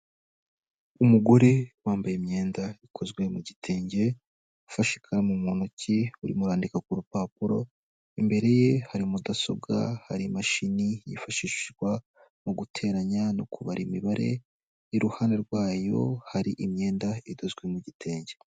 Umugore wambaye imyenda ikozwe mu gitenge, ufashe ikaramu mu ntoki, urimo urandika ku rupapuro, imbere ye hari mudasobwa, hari imashini yifashishwa mu guteranya no kubara imibare, iruhande rwayo hari imyenda idozwe mu gitenge.